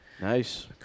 nice